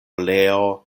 leo